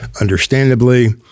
understandably